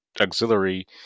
auxiliary